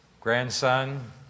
grandson